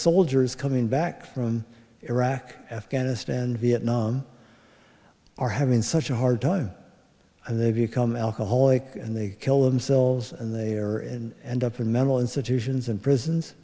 soldiers coming back from iraq afghanistan and vietnam are having such a hard time and they become alcoholic and they kill themselves and they are in and up in mental institutions and prisons